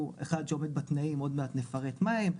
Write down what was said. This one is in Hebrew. אחד שעומד בתנאים ועוד מעט נפרט מה הם התנאים,